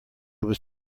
was